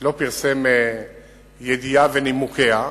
לא פרסם ידיעה ונימוקיה.